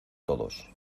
todos